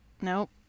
Nope